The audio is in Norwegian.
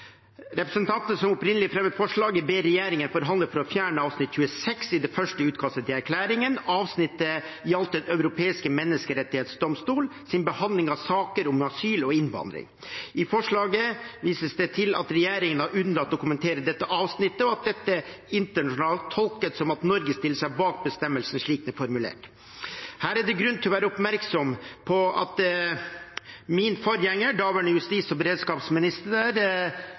som opprinnelig fremmet forslaget, ber regjeringen forhandle for å fjerne artikkel 26 i det første utkastet til erklæring. Artikkelen gjaldt Den europeiske menneskerettsdomstolens behandling av saker om asyl og innvandring. I forslaget vises det til at regjeringen har unnlatt å kommentere denne artikkelen, og at dette internasjonalt tolkes som at Norge stiller seg bak bestemmelsen slik den er formulert. Her er det grunn til å være oppmerksom på at min forgjenger, daværende justis- og beredskapsminister